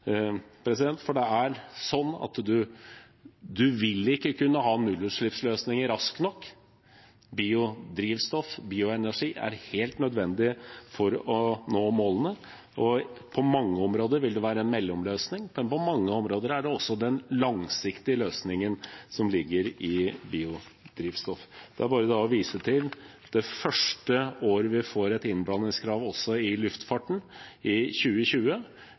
for man vil ikke kunne ha nullutslippsløsninger raskt nok. Biodrivstoff – bioenergi – er helt nødvendig for å nå målene. På mange områder vil det være en mellomløsning, men på mange områder er det også den langsiktige løsningen som ligger i biodrivstoff. Det er bare å vise til det første året vi får et innblandingskrav også i luftfarten, 2020, med bare avansert biodrivstoff, og vi er det første landet i